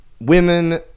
Women